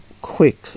quick